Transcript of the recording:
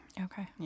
Okay